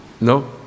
No